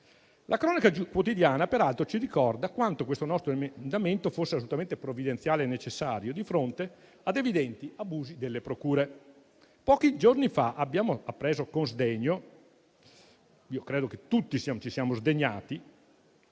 La cronaca quotidiana, peraltro, ci ricorda quanto questo nostro emendamento fosse assolutamente provvidenziale e necessario di fronte ad evidenti abusi delle procure. Pochi giorni fa credo che tutti ci siamo sdegnati